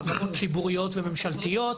חברות ציבוריות וממשלתיות,